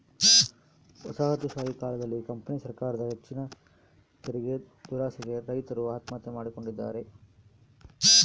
ವಸಾಹತುಶಾಹಿ ಕಾಲದಲ್ಲಿ ಕಂಪನಿ ಸರಕಾರದ ಹೆಚ್ಚಿನ ತೆರಿಗೆದುರಾಸೆಗೆ ರೈತರು ಆತ್ಮಹತ್ಯೆ ಮಾಡಿಕೊಂಡಿದ್ದಾರೆ